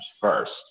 first